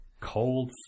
Cold